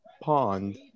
pond